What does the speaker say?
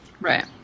Right